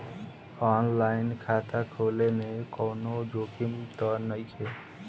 आन line खाता खोले में कौनो जोखिम त नइखे?